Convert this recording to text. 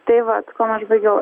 tai vat kuon aš baigiau